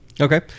okay